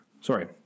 sorry